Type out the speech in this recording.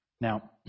Now